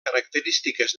característiques